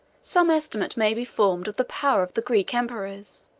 some estimate may be formed of the power of the greek emperors,